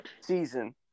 season